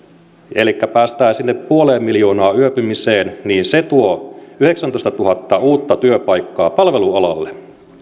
elikkä päästään sinne puoleen miljoonaan yöpymiseen niin se tuo yhdeksäntoistatuhatta uutta työpaikkaa palvelualalle